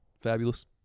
Fabulous